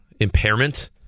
impairment